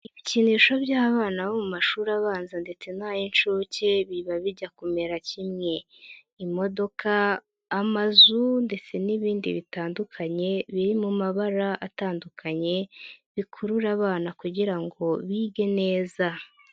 Ibikinisho by'abana bo mu mashuri abanza ndetse n'ay'incuke, biba bijya kumera kimwe. Imodoka, amazu ndetse n'ibindi bitandukanye, biri mu mabara atandukanye bikurura abana kugira ngo bige neza.